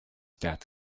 that